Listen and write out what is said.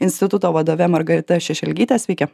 instituto vadove margarita šešelgyte sveiki